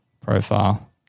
profile